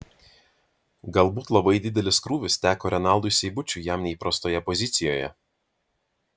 galbūt labai didelis krūvis teko renaldui seibučiui jam neįprastoje pozicijoje